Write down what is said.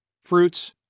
Fruits